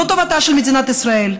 לא טובתה של מדינת ישראל,